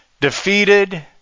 defeated